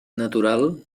natural